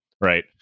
Right